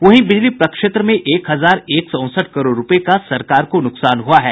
वहीं बिजली प्रक्षेत्र में एक हजार एक सौ उनसठ करोड़ रूपये का सरकार को नुकसान हुआ है